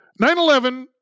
9-11